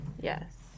yes